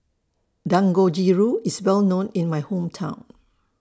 Dangojiru IS Well known in My Hometown